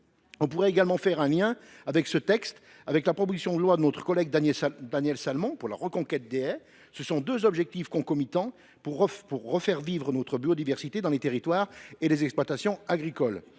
On peut aussi faire le lien entre cette proposition de loi et celle de notre collègue Daniel Salmon pour la reconquête des haies. Ce sont deux objectifs concomitants pour faire revivre la biodiversité dans les territoires et les exploitations agricoles.